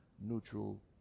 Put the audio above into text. neutral